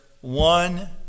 one